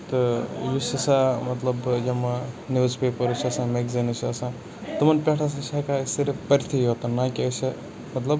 تہٕ یُس ہسا مطلب یِمہٕ نِوٕز پیپٲرٕس چھِ آسان میگزیٖنٕز چھِ آسان تِمن پٮ۪ٹھ ہسا چھِ أسۍ ہٮ۪کان صِرف پٔرتھٕے یوت نہ کہِ أسۍ ہٮ۪ک مطلب